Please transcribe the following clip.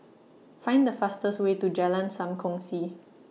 Find The fastest Way to Jalan SAM Kongsi